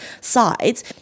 sides